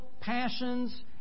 passions